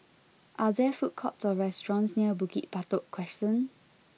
are there food courts or restaurants near Bukit Batok Crescent